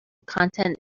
content